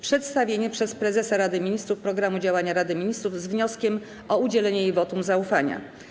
Przedstawienie przez prezesa Rady Ministrów programu działania Rady Ministrów z wnioskiem o udzielenie jej wotum zaufania.